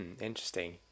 Interesting